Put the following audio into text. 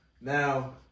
Now